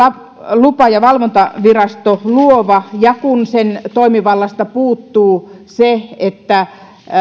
lupa ja valvontavirasto luova ja kun sen toimivallasta puuttuu se että